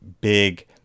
big